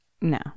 No